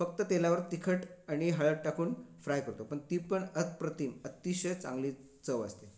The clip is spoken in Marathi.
फक्त तेलावर तिखट आणि हळद टाकून फ्राय करतो पण ती पण अप्रतिम अत्तिशय चांगली चव असते